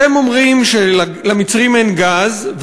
אתם אומרים שלמצרים אין גז,